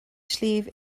sliabh